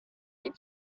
did